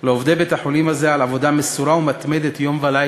לעובדי בית-החולים הזה על עבודה מסורה ומתמדת יום וליל,